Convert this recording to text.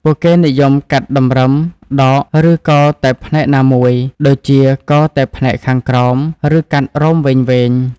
ពួកគេនិយមកាត់តម្រឹម ដក ឬកោរតែផ្នែកណាមួយ (ដូចជាកោរតែផ្នែកខាងក្រោម ឬកាត់រោមវែងៗ)។